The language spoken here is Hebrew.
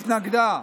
התנגדה.